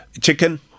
Chicken